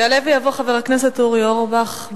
יעלה ויבוא חבר הכנסת אורי אורבך.